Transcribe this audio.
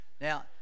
now